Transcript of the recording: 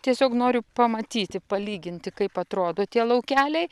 tiesiog noriu pamatyti palyginti kaip atrodo tie laukeliai